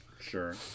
Sure